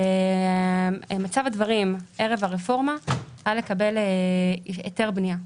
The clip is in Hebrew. מצב הדברים ערב הרפורמה היה לקבל היתר בנייה.